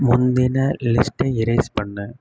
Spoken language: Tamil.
முந்தின லிஸ்ட்டை இரேஸ் பண்ணு